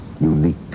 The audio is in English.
Unique